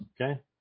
Okay